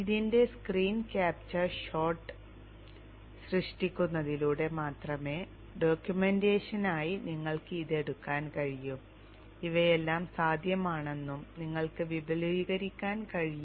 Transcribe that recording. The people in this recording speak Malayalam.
ഇതിന്റെ സ്ക്രീൻ ക്യാപ്ച്ചർ ഷോട്ട് സൃഷ്ടിക്കുന്നതിലൂടെ മാത്രമേ ഡോക്യുമെന്റേഷനായി നിങ്ങൾക്ക് ഇത് എടുക്കാൻ കഴിയൂ ഇവയെല്ലാം സാധ്യമാണെന്നും നിങ്ങൾക്ക് വിപുലീകരിക്കാൻ കഴിയും